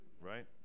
right